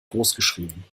großgeschrieben